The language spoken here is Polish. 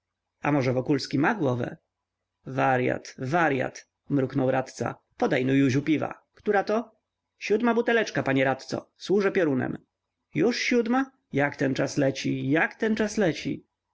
a może wokulski ma głowę waryat waryat mruknął radca podaj no józiu piwa która to siódma buteleczka panie radco służę piorunem już siódma jak ten czas leci jak ten czas leci